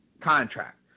contract